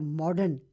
modern